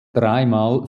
dreimal